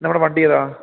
നമ്മുടെ വണ്ടി ഏതാണ്